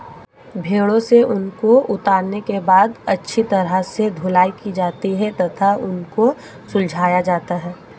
भेड़ों से ऊन को उतारने के बाद अच्छी तरह से धुलाई की जाती है तथा ऊन को सुलझाया जाता है